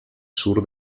sur